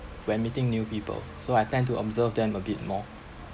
when meeting new people so I tend to observe them a bit more